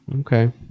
Okay